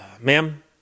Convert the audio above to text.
ma'am